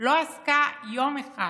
לא עסקה יום אחד